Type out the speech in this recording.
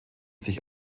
sich